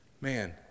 man